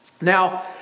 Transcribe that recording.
Now